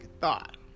thought